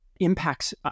impacts